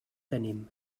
tenim